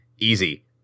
easy